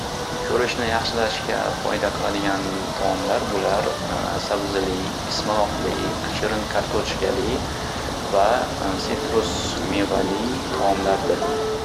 Ko'rishni yaxshilashga foyda qiladigan taomlar bular sabzili, ismaloqli, shirin kartoshkali va sitrus mevali taomlardir.